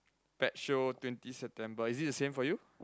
pet show twenty September is it the same for you